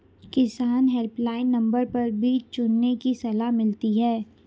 किसान helpline number पर बीज चुनने की सलाह मिलती है